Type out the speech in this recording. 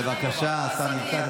בבקשה, השר נמצא.